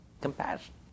compassion